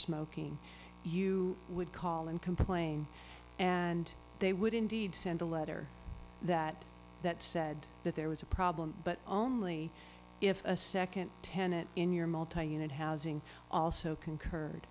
smoking you would call and complain and they would indeed send a letter that said that there was a problem but only if a second tenant in your unit housing also concurred